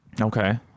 Okay